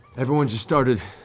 everyone just started